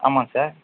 ஆமாங்க சார்